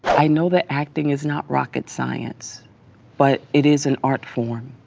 i know that acting is not rocket science but it is an art form.